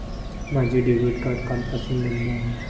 माझे debit card कालपासून बंद आहे